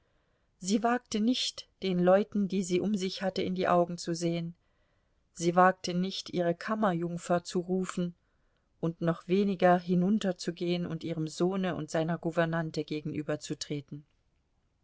sie wagte nicht den leuten die sie um sich hatte in die augen zu sehen sie wagte nicht ihre kammerjungfer zu rufen und noch weniger hinunterzugehen und ihrem sohne und seiner gouvernante gegenüberzutreten